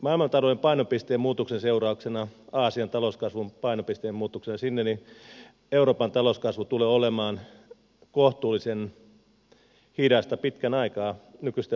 meillä maailmantalouden painopisteen muutoksen seurauksena painopisteen muutos aasian talouskasvuun euroopan talouskasvu tulee olemaan kohtuullisen hidasta pitkän aikaa nykyisten arvioitten mukaan